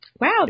Wow